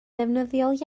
ddefnyddiol